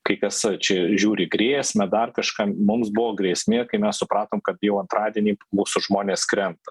kai kas čia žiūri grėsmę dar kažką mums buvo grėsmė kai mes supratom kad jau antradienį mūsų žmonės krenta